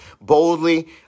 boldly